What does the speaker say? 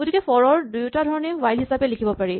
গতিকে ফৰ ৰ দুয়োটা ধৰণকেই হুৱাইল হিচাপে লিখিব পাৰি